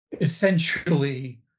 essentially